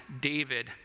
David